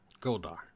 Goldar